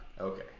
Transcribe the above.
Okay